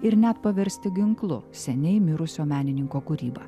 ir net paversti ginklu seniai mirusio menininko kūrybą